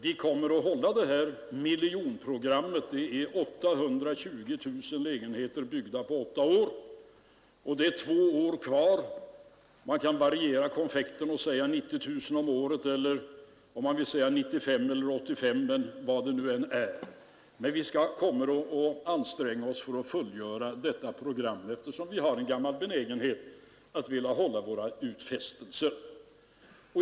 Vi kommer att hålla miljonprogrammet. 820 000 lägenheter är byggda på åtta år. Det är två år kvar. Man kan ju variera konfekten och säga att 90 000 lägenheter om året kommer att byggas eller alternativt 95 000 respektive 85 000. Vi kommer dock att anstränga oss att fullgöra detta program eftersom vi har en gammal benägenhet att vilja hålla våra utfästelser.